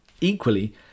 Equally